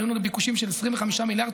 היו לנו ביקושים של 25 מיליארד,